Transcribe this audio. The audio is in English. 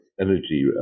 energy